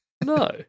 No